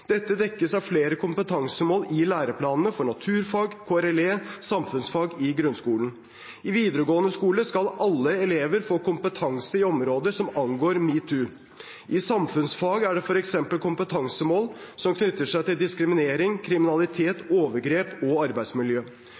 Dette dekkes av flere kompetansemål i læreplanene for naturfag, KRLE og samfunnsfag i grunnskolen. I videregående skole skal alle elever få kompetanse i områder som angår metoo. I samfunnsfag er det f.eks. kompetansemål som knytter seg til diskriminering, kriminalitet, overgrep og arbeidsmiljø.